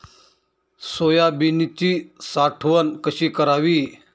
सोयाबीनची साठवण कशी करावी?